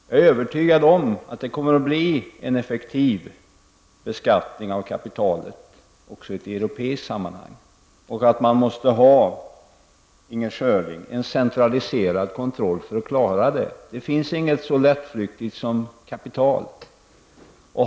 Jag är övertygad om att det kommer att bli en effektiv beskattning av kapitalet också i ett europeiskt sammanhang. Och man måste, Inger Schörling, ha en centraliserad kontroll för att klara det. Det finns inget så lättflyktigt som kapital.